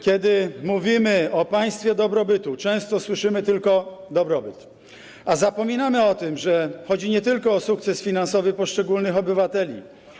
Kiedy mówimy o państwie dobrobytu, często słyszymy tylko: dobrobyt, a zapominamy o tym, że chodzi nie tylko o sukces finansowy poszczególnych obywateli.